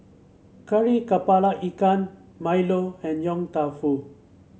Kari kepala Ikan milo and Yong Tau Foo